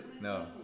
No